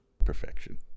perfection